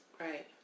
Right